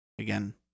Again